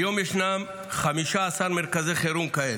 כיום יש 15 מרכזי חירום כאלה,